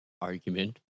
argument